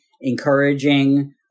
encouraging